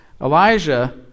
Elijah